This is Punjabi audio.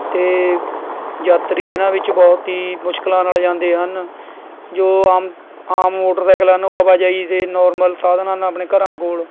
ਅਤੇ ਯਾਤਰੀ ਇਨ੍ਹਾਂ ਵਿੱਚ ਬਹੁਤ ਹੀ ਮੁਸ਼ਕਲਾਂ ਨਾਲ ਜਾਂਦੇ ਹਨ ਜੋ ਆਮ ਆਮ ਮੋਟਰਸਾਈਕਲ ਹਨ ਉਹ ਆਵਾਜਾਈ ਦੇ ਨੋਰਮਲ ਸਾਧਨਾਂ ਨਾਲ ਆਪਣੇ ਘਰਾਂ ਕੋਲ਼